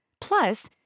Plus